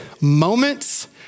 moments